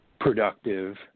productive